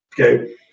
Okay